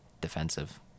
defensive